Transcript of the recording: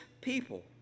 people